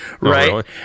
Right